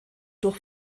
durch